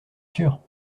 sûr